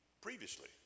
previously